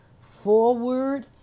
forward